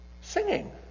Singing